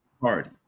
party